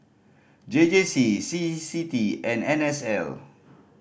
J J C C C T and N S L